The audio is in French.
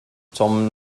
son